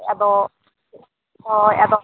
ᱟᱫᱚ ᱦᱳᱭ ᱟᱫᱚ